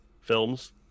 films